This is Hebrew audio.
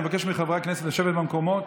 אני מבקש מחברי הכנסת לשבת במקומות,